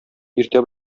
иртә